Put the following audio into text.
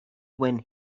when